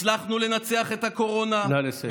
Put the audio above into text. הצלחנו לנצח את הקורונה, נא לסיים.